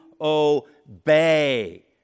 obey